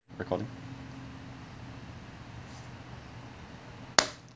recording